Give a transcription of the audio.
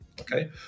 Okay